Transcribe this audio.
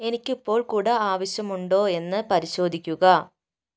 എനിക്ക് ഇപ്പോൾ കുട ആവശ്യമുണ്ടോയെന്ന് പരിശോധിക്കുക